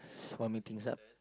swarming things up